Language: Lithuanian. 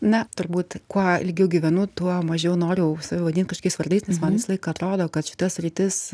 na turbūt kuo ilgiau gyvenu tuo mažiau noriu save vadint kažkokiais vardais nes man visą laiką atrodo kad šita sritis